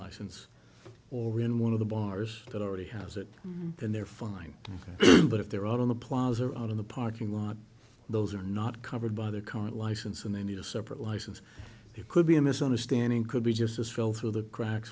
license or in one of the bars that already has it and they're fine but if they're out on the plows are out in the parking lot those are not covered by their current license and they need a separate license it could be a misunderstanding could be just a stroll through the cracks